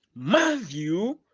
matthew